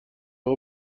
هات